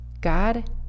God